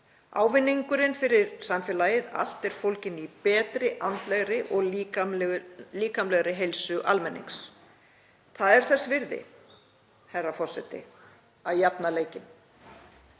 Ávinningurinn fyrir samfélagið allt er fólginn í betri andlegri og líkamlegri heilsu almennings. Það er þess virði, herra forseti, að jafna leikinn.